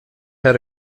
had